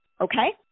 Okay